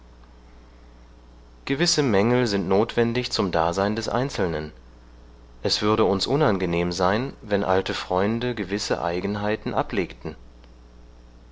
gewisse mängel sind notwendig zum dasein des einzelnen es würde uns unangenehm sein wenn alte freunde gewisse eigenheiten ablegten